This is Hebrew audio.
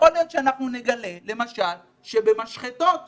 יכול להיות שאנחנו נגלה שבמשחטות למשל,